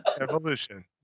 Evolution